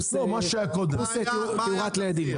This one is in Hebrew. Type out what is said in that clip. פלוס תאורת לדים.